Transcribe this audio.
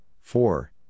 four